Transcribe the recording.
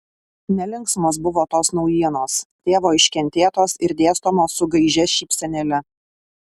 nelinksmos buvo tos naujienos tėvo iškentėtos ir dėstomos su gaižia šypsenėle